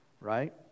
right